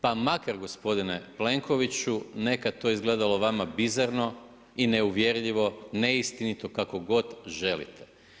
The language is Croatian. Pa makar gospodine Plenkoviću nekad to izgledala vama bizarno i neuvjerljivo, neistinito kako god želite.